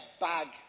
bag